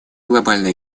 глобальной